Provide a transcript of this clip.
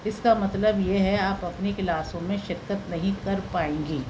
اس کا مطلب یہ ہے آپ اپنی کلاسوں میں شرکت نہیں کر پائیں گی